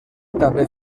també